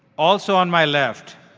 also on my left,